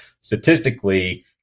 statistically